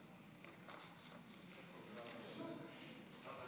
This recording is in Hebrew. במקום לבידוד מטעם המדינה וצווי סגירה מינהליים)